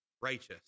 righteous